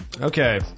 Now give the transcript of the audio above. Okay